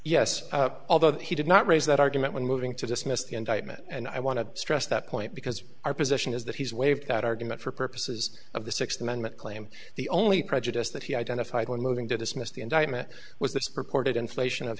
yes although he did not raise that argument when moving to dismiss the indictment and i want to stress that point because our position is that he's waived that argument for purposes of the sixth amendment claim the only prejudice that he identified when moving to dismiss the indictment was the reported inflation of